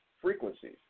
frequencies